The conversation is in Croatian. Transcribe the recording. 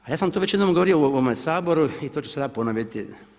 A ja sam to već jednom govorio u ovome Saboru i to ću sada ponoviti.